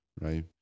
right